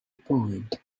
point